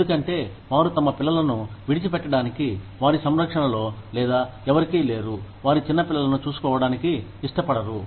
ఎందుకంటే వారు తమ పిల్లలను విడిచిపెట్టడానికి వారి సంరక్షణలో లేదా ఎవరికీ లేరు వారి చిన్నపిల్లలను చూసుకోవడానికి ఇష్టపడరు